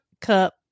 cup